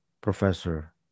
professor